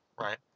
right